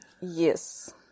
Yes